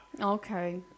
okay